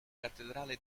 cattedrale